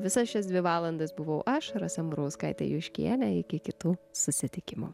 visas šias dvi valandas buvau aš rasa dambrauskaitė juškienė iki kitų susitikimų